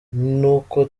n’uko